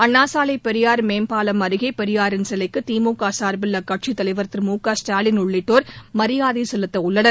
அண்ணாசாலை பெரியார் பாலம் அருகேபெரியாரின் சிலைக்குதிமுகசார்பில் அக்கட்சித் தலைவர் திரு மு க ஸ்டாலின் உள்ளிட்டோர் மரியாதைசெலுத்தஉள்ளனர்